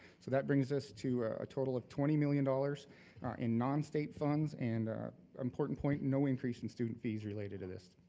so that brings us to a total of twenty million dollars in non state funds and important point, no increase in student fees related to this.